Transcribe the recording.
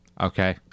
Okay